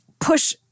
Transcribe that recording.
push